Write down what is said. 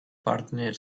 partner